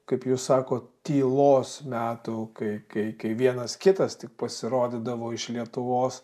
kaip jūs sakot tylos metų kai kai kai vienas kitas tik pasirodydavo iš lietuvos